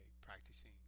practicing